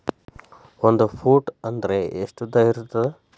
ಒಂದು ಫೂಟ್ ಅಂದ್ರೆ ಎಷ್ಟು ಉದ್ದ ಇರುತ್ತದ?